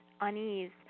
unease